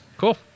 Cool